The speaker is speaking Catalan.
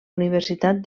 universitat